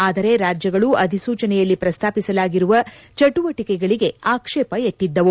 ಆದರೆ ರಾಜ್ಯಗಳು ಅಧಿಸೂಚನೆಯಲ್ಲಿ ಪ್ರಸ್ತಾಪಿಸಲಾಗಿರುವ ಚಟುವಟಿಕೆಗಳಿಗೆ ಆಕ್ಷೇಪ ಎತ್ತಿದ್ದವು